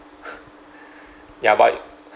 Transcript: ya but